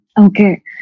Okay